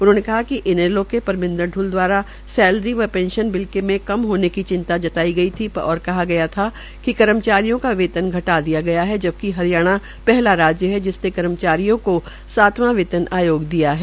उन्होंने कहा कि इनैलो के परमिन्द्र पुल दवारा सैलरी व पेंशन बिल के कम होने पर चिंता जताई गई थी और कहा गया था कि कर्मचारियों का वेतना घटा दिया गया है जब कि हरियाणा पहला राज्य है जिसने कर्मचारियों को सांतवा वेतन आयोग दिया है